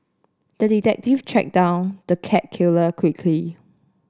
the detective tracked down the cat killer quickly